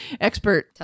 expert